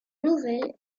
nouvelles